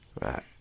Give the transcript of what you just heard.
Right